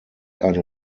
eine